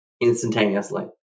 instantaneously